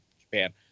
Japan